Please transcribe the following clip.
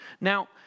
Now